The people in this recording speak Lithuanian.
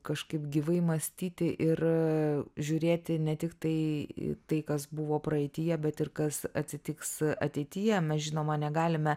kažkaip gyvai mąstyti ir žiūrėti ne tiktai į tai kas buvo praeityje bet ir kas atsitiks ateityje mes žinoma negalime